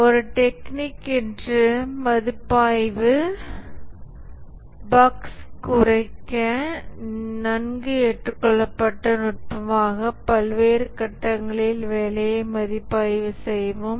ஒரு டெக்னிக் என்று மதிப்பாய்வு பஃக்ஸ் குறைக்க நன்கு ஏற்றுக்கொள்ளப்பட்ட நுட்பமாக பல்வேறு கட்டங்களில் வேலையை மதிப்பாய்வு செய்யவும்